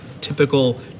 typical